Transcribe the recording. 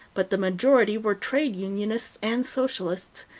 but the majority were trade unionists and socialists.